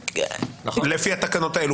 לפי התקנות האלו.